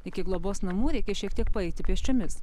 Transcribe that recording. iki globos namų reikia šiek tiek paeiti pėsčiomis